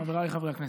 חבריי חברי הכנסת,